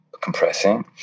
compressing